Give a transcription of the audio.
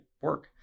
work